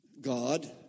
God